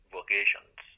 Vocations